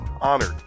honored